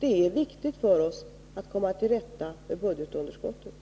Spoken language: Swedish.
Det är viktigt för oss att komma till rätta med budgetunderskottet.